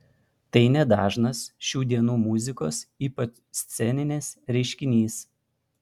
tai nedažnas šių dienų muzikos ypač sceninės reiškinys